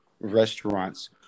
restaurants